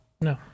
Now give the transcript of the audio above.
No